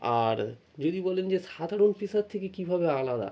আর যদি বলেন যে সাধারণ পেশার থেকে কীভাবে আলাদা